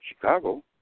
Chicago